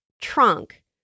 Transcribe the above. trunk